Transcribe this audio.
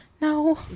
no